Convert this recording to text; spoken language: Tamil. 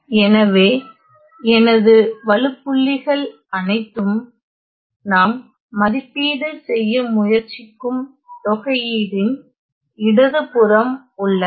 எனவே எனது வழுப்புள்ளிகள் அனைத்தும் நாம் மதிப்பீடு செய்ய முயற்சிக்கும் தொகையீடின் இடதுபுறம் உள்ளன